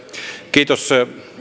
kiitos